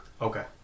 Okay